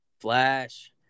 flash